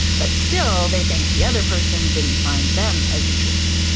but still they think the other person didn't find them as interesting.